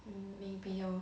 mm maybe orh